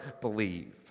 believe